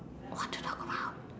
what to talk about